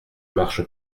marche